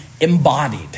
embodied